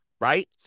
right